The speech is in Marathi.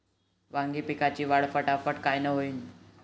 वांगी पिकाची वाढ फटाफट कायनं होईल?